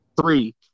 Three